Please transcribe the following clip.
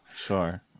Sure